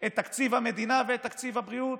את תקציב המדינה ואת תקציב הבריאות?